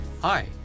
Hi